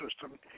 system